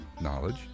knowledge